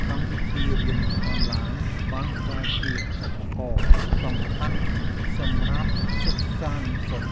កម្មវិធីរៀនអនឡាញ បានក្លាយជាឧបករណ៍សំខាន់សម្រាប់សិស្សានុសិស្ស។